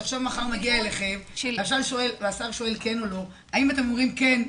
שמחר מגיע אליכם והשר שואל כן או לא האם אתם אומרים כן,